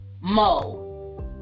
Mo